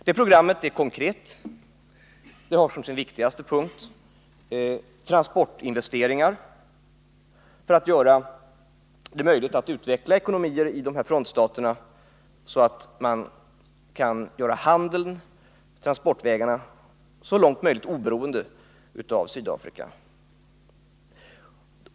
Det programmet är konkret; det har som sin viktigaste punkt transportinvesteringar för att så långt som möjligt göra handeln i dessa frontstater oberoende av Sydafrika.